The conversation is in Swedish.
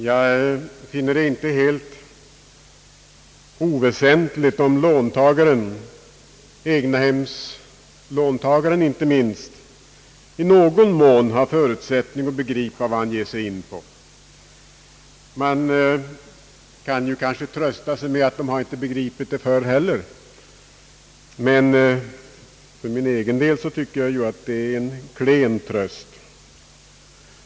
Jag finner det inte helt oväsentligt om låntagaren, inte minst egnahemslåntagaren, i någon mån har förutsättning att begripa vad han ger sig in på. Man kanske kan trösta sig med att de inte har begripit det förr heller, men för min egen del tycker jag att det är en klen tröst.